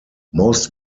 most